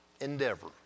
endeavor